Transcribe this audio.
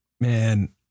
Man